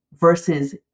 versus